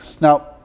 Now